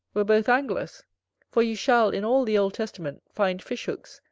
were both anglers for you shall, in all the old testament, find fish-hooks,